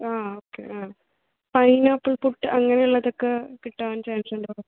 ആ ഓക്കേ ആ പൈനാപ്പിൾ പുട്ട് അങ്ങനെയുള്ളതൊക്കെ കിട്ടാൻ ചാൻസ് ഉണ്ടോ